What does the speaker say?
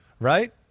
Right